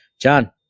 John